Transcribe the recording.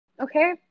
Okay